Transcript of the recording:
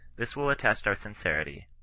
this will attest our sincerity,